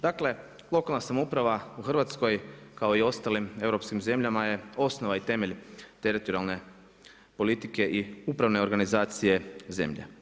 Dakle, lokalna samouprava u Hrvatskoj kao i ostalim europskim zemljama je osnova i temelje teritorijalne politike i upravne organizacije zemlje.